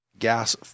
Gas